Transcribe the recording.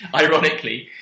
ironically